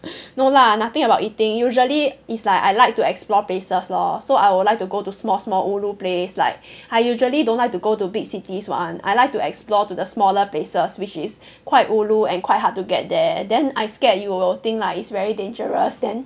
no lah nothing about eating usually is like I like to explore places lor so I would like to go to small small ulu place like I usually don't like to go to big cities [one] I like to explore to the smaller places which is quite ulu and quite hard to get there then I scared you will think like it's very dangerous then